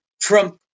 Trump